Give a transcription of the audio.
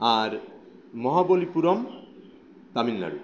আর Mahabalipuram Tamil Nadu